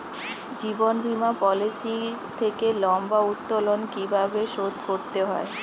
জীবন বীমা পলিসি থেকে লম্বা উত্তোলন কিভাবে শোধ করতে হয়?